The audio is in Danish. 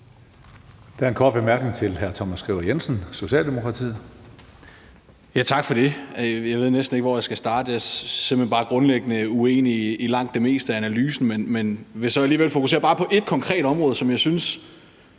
Der er en kort bemærkning til hr. Thomas Skriver Jensen, Socialdemokratiet. Kl. 15:14 Thomas Skriver Jensen (S): Tak for det. Jeg ved næsten ikke, hvor jeg skal starte. Jeg er simpelt hen bare grundlæggende uenig i langt det meste af analysen, men jeg vil fokusere på bare ét konkret område, hvor jeg synes